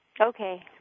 Okay